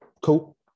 cool